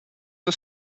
non